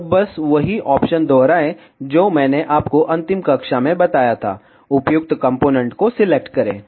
और बस वही ऑप्शन दोहराएं जो मैंने आपको अंतिम कक्षा में बताया था उपयुक्त कंपोनेंट को सिलेक्ट करें